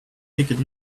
ticket